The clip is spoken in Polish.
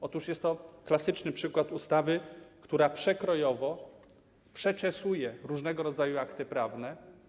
Otóż jest to klasyczny przykład ustawy, która przekrojowo przeczesuje różnego rodzaju akty prawne.